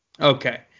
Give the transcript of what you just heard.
Okay